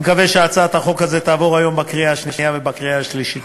אני מקווה שהצעת החוק הזאת תעבור היום בקריאה שנייה ובקריאה שלישית.